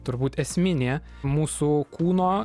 turbūt esminė mūsų kūno